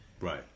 Right